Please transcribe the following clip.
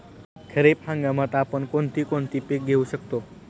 खरीप हंगामात आपण कोणती कोणती पीक घेऊ शकतो?